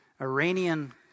Iranian